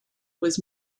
was